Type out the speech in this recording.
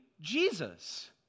Jesus